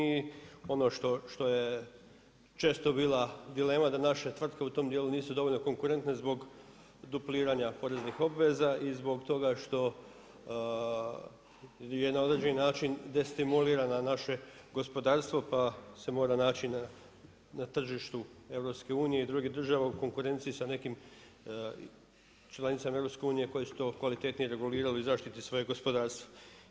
I ono što je često bila dilema da naše tvrtke u tom dijelu nisu dovoljno konkurentne zbog dupliranja poreznih obveza i zbog toga što je na određeni način destimulirano naše gospodarstvo pa se mora naći na tržištu EU i drugih država u konkurenciji sa nekim članicama EU koje su to kvalitetnije regulirale i u zaštiti svojeg gospodarstva.